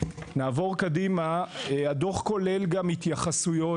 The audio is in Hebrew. הדוח כולל גם התייחסויות,